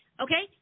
okay